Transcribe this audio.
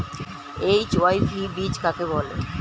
HYV বীজ কাকে বলে?